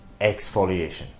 exfoliation